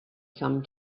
some